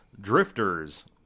Drifters